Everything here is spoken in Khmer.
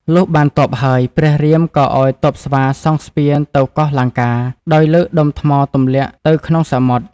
លុះបានទ័ពហើយ ព្រះរាមក៏ឱ្យទ័ពស្វាសង់ស្ពានទៅកោះលង្កា ដោយលើកដុំថ្មទម្លាក់ ទៅក្នុងសមុទ្រ។